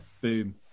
boom